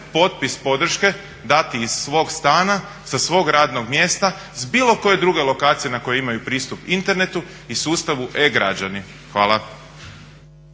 potpis podrške dati iz svog stana, sa svog radnog mjesta, s bilo koje druge lokacije na kojoj imaju pristup internetu i sustavu e-građani. Hvala.